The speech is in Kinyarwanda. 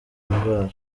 ndwara